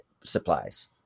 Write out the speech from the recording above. supplies